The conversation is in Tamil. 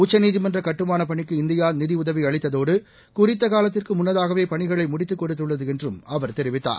உச்சநீதிமன்றகட்டுமானப் பணிக்கு இந்தியாநிதியுதவிஅளித்ததோடு குறித்தகாலத்திற்குமுன்னதாகவேபணிகளைமுடித்துக் கொடுத்துள்ளதுஎன்றும் அவர் தெரிவித்தார்